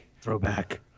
throwback